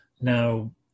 Now